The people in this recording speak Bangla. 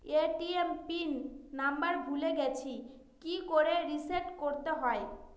এ.টি.এম পিন নাম্বার ভুলে গেছি কি করে রিসেট করতে হয়?